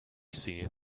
seen